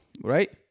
right